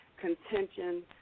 contention